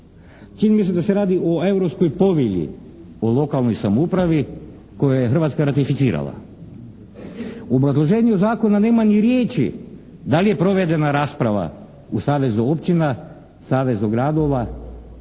Čini mi se da se radi o Europskoj povelji o lokalnoj samoupravi koju je Hrvatska ratificirala. U obrazloženju zakona nema ni riječi da li je provedena rasprava u savezu općina, savezu gradova